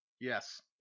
Yes